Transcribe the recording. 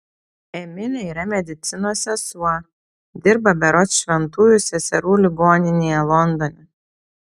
emilė yra medicinos sesuo dirba berods šventųjų seserų ligoninėje londone